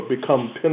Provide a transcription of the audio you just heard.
become